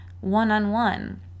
one-on-one